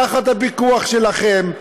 תחת הפיקוח שלכם,